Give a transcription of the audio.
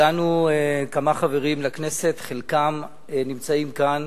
הגענו כמה חברים לכנסת, חלקם נמצאים כאן,